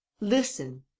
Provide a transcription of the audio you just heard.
listen